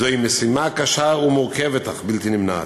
זוהי משימה קשה ומורכבת אך בלתי נמנעת.